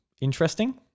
interesting